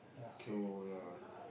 so ya